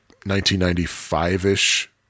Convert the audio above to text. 1995-ish